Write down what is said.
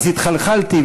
התחלחלתי,